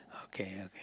okay